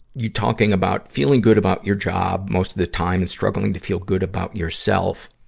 you talking about feeling good about your job most of the time it's struggling to feel good about yourself.